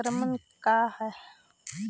संक्रमण का है?